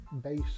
base